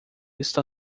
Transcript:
está